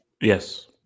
Yes